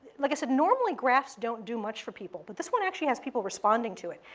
like i said, normally graphs don't do much for people, but this one actually has people responding to it.